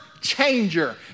changer